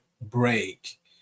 break